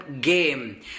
game